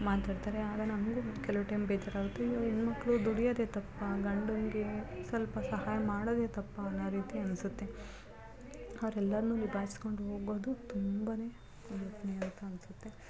ಮಾತಾಡ್ತಾರೆ ಆಗ ನಮಗೂ ಕೆಲವು ಟೈಮ್ ಬೇಜಾರಾಗುತ್ತೆ ಅಯ್ಯೋ ಹೆಣ್ಮಕ್ಳು ದುಡಿಯೋದೇ ತಪ್ಪಾ ಗಂಡನಿಗೆ ಸ್ವಲ್ಪ ಸಹಾಯ ಮಾಡೋದೇ ತಪ್ಪಾ ಅನ್ನೋ ರೀತಿ ಅನಿಸುತ್ತೆ ಅವ್ರೆಲ್ಲರನ್ನೂ ನಿಭಾಯಿಸ್ಕೊಂಡು ಹೋಗೋದು ತುಂಬ ಅಂತ ಅನಿಸುತ್ತೆ